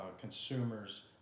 consumers